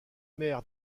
mère